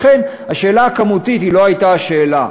לכן השאלה הכמותית לא הייתה השאלה.